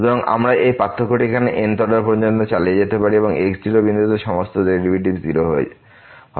সুতরাং আমরা এই পার্থক্যটি এখানে n th অর্ডার পর্যন্ত চালিয়ে যেতে পারি এবং x0বিন্দুতে এই সমস্ত ডেরিভেটিভস 0 হবে